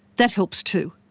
that helps too.